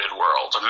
world